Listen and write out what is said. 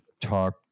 talk